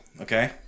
Okay